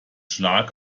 schlag